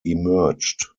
emerged